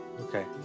okay